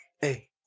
Hey